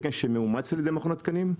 תקן שמאומץ על ידי מכון התקנים.